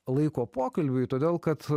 laiko pokalbiui todėl kad